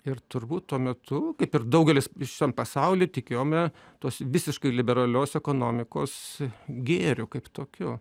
ir turbūt tuo metu kaip ir daugelis visam pasaulyj tikėjome tos visiškai liberalios ekonomikos gėriu kaip tokiu